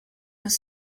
los